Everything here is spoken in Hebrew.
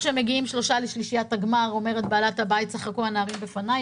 כשמגיעים שלושה לגמר אומרת בעלת הבית: ישחקו הנערים לפניי,